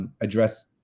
Address